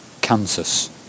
Kansas